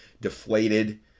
deflated